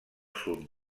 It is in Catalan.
sud